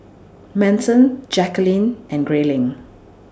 Manson Jacquelin and Grayling